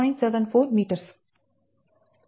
8 x 7